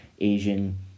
Asian